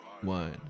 one